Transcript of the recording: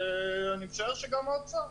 ואני משער שגם האוצר.